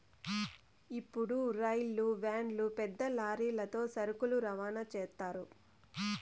ఇప్పుడు రైలు వ్యాన్లు పెద్ద లారీలతో సరుకులు రవాణా చేత్తారు